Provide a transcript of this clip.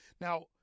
now